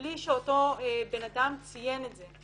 בלי שאותו בן אדם ציין את זה.